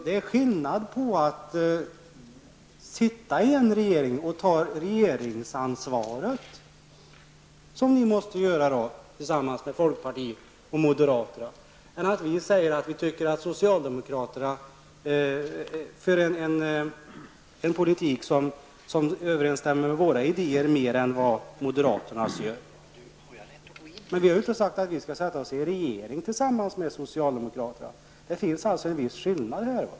Det är skillnad på att sitta i en regering, Kjell Ericsson, och att ta regeringsansvaret -- ni måste göra det tillsammans med folkpartiet och moderaterna -- än att vi säger att socialdemokraterna för en politik som överensstämmer med våra idéer mer än moderaternas. Vi har därmed inte sagt att vi skall sätta oss i en regering tillsammans med socialdemokraterna. Det finns en viss skillnad här.